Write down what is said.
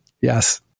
yes